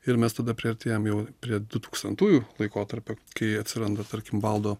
ir mes tada priartėjam jau prie du tūkstantųjų laikotarpio kai atsiranda tarkim valdo